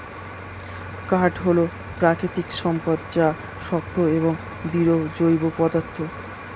কাঠ হল প্রাকৃতিক সম্পদ যা শক্ত এবং দৃঢ় জৈব পদার্থ